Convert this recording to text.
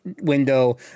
window